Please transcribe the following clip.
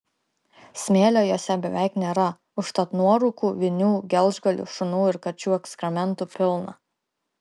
smėlio jose beveik nėra užtat nuorūkų vinių gelžgalių šunų ir kačių ekskrementų pilna